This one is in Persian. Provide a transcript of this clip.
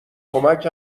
کمک